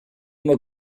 uma